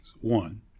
One